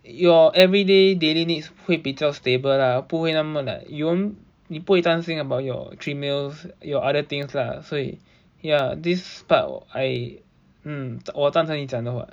your everyday daily needs 会比较 stable lah 不会那么 like you won't 你不会担心 about your three meals your other things lah 所以 ya this part I mm 我赞成你讲的话